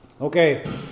okay